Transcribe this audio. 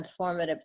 transformative